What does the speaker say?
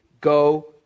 Go